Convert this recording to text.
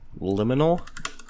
Liminal